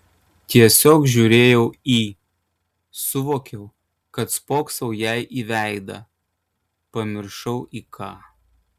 tiesiog žiūrėjau į suvokiau kad spoksau jai į veidą pamiršau į ką